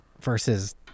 versus